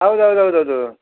ಹೌದು ಹೌದು ಹೌದು ಹೌದು